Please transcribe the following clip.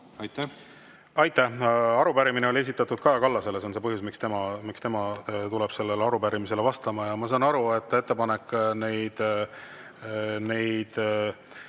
kohta! Aitäh! Arupärimine oli esitatud Kaja Kallasele ja see on põhjus, miks tema tuleb sellele arupärimisele vastama. Ma saan aru, et ettepanek neid